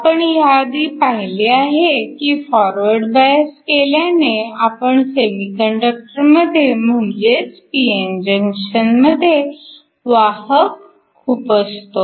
आपण ह्या आधी पाहिले आहे की फॉरवर्ड बायस केल्याने आपण सेमीकंडक्टरमध्ये म्हणजेच p n जंक्शनमध्ये वाहक खुपसतो